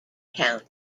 county